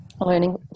learning